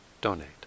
donate